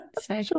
Sure